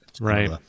Right